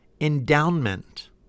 endowment